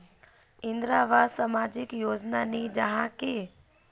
इंदरावास सामाजिक योजना नी जाहा की?